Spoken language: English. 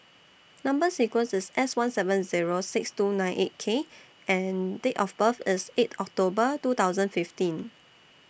Number sequence IS S one seven Zero six two nine eight K and Date of birth IS eight October two thousand fifteen